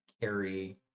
carry